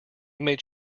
made